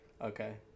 Okay